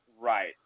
right